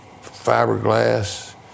fiberglass